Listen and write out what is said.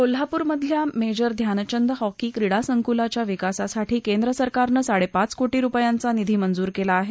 कोल्हापुर मधल्या major Dhyanchand hockey क्रीडासंकलाच्या विकासासाठी केंद्र सरकारन साडेपाच कोटी रुपयांचा निधी मंजुर केला आहे